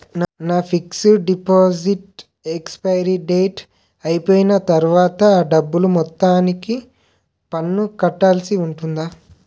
నా fixed deposit expiry date అయిపోయిన తర్వాత అ డబ్బు మొత్తానికి పన్ను కట్టాల్సి ఉంటుందా?